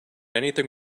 anything